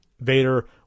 Vader